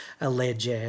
alleged